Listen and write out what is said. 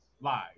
Live